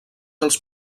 els